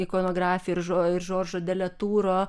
ikonografija ir žo žoržo deletūro